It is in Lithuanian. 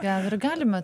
gal ir galima